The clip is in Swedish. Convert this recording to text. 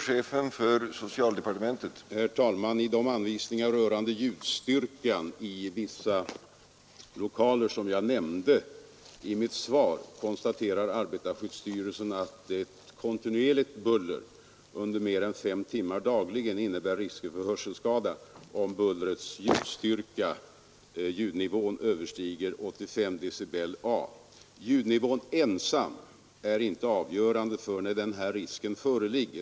Herr talman! I de anvisningar rörande ljudstyrkan i vissa lokaler som jag nämnde i mitt svar konstaterar arbetarskyddsstyrelsen att ett kontinuerligt buller under mer än fem timmar dagligen innebär risk för hörselskada om bullrets ljudstyrka — ljudnivå — överstiger 85 decibel-A. Ljudnivån ensam är inte avgörande för när denna risk föreligger.